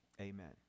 Amen